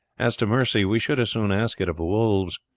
as to mercy, we should as soon ask it of wolves.